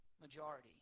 majority